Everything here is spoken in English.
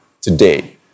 today